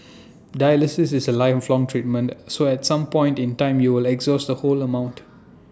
dialysis is A lifelong treatment so at some point in time you will exhaust the whole amount